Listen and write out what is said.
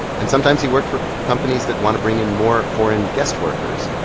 and sometimes he worked for companies that want to bring in more foreign guest workers.